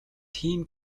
тийм